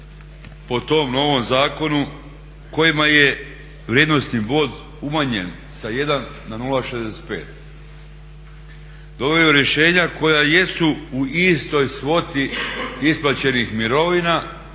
po tom novom zakonu kojima je vrijednosni bod umanjen sa 1 na 0,65 doveo je rješenja koja jesu u istoj svoti isplaćenih mirovina.